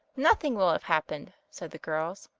nothing will have happened said the girls.